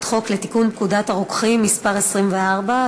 חוק לתיקון פקודת הרוקחים (מס' 24),